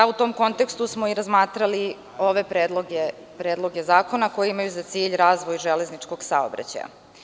U tom kontekstu smo i razmatrali ove predloge zakona, koji imaju za cilj razvoj železničkog saobraćaja.